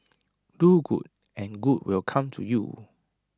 do good and good will come to you